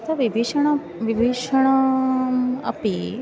तु विभीषणः विभीषणः अपि